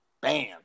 Bam